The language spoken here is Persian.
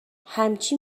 همچی